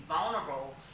vulnerable